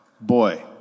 boy